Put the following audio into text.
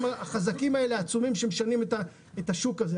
החזקים והעצומים האלה שמשנים את השוק הזה,